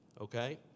Okay